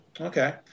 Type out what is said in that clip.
Okay